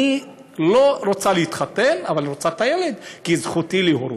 אני לא רוצה להתחתן אבל רוצה את הילד כי זכותי להורות,